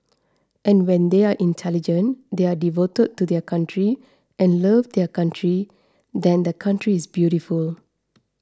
and when they are intelligent they are devoted to their country and love their country then the country is beautiful